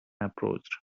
approached